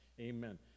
Amen